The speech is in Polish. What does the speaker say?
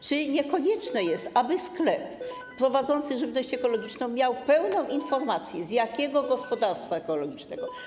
Czy konieczne nie jest, aby sklep prowadzący żywność ekologiczną miał pełną informację, z jakiego gospodarstwa ekologicznego.